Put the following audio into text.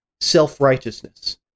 self-righteousness